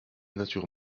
natures